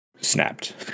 snapped